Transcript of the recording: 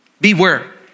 beware